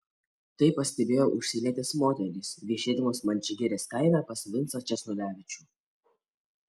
tai pastebėjo užsienietės moterys viešėdamos mančiagirės kaime pas vincą česnulevičių